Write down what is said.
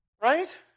Right